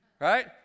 Right